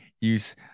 use